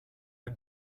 the